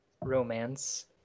romance